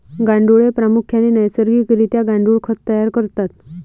गांडुळे प्रामुख्याने नैसर्गिक रित्या गांडुळ खत तयार करतात